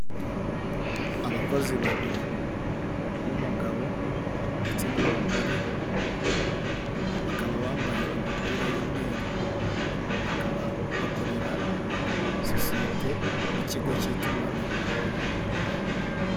Abakozi babiri, uw'umugabo ndetse n'umugore, bakaba bambaye imipira y'umweru, bakaba bakorera sosiyete y'ikigo cy'itumanaho.